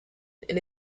and